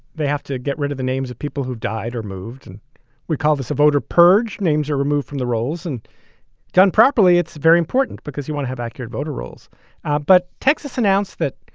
they have to get rid of the names of people who've died or moved. and we call this a voter purge. names are removed from the rolls and done properly. it's very important because you want to have accurate voter rolls but texas announced that